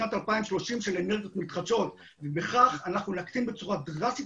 של אנרגיות מתחדשות בשנת 2030. כולם